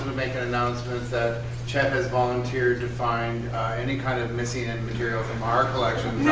make an announcement that chet has volunteered to find any kind of missing and from our collection